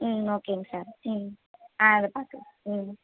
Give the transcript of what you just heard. ம் ஓகேங்க சார் ம் ஆ அது பார்க்குறேன் ம்